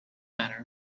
matter